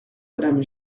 madame